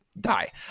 die